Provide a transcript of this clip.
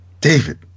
David